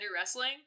wrestling